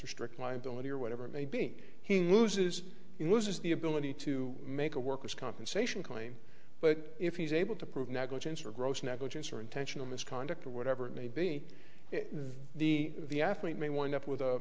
or strict liability or whatever it may be he loses in loses the ability to make a worker's compensation claim but if he's able to prove negligence or gross negligence or intentional misconduct or whatever it may be the the athlete may wind up with a